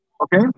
Okay